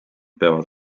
peavad